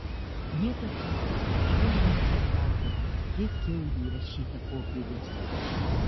niekas nesuskaičiuoja ir nepasako kiek kiaulių įrašyta popieriuose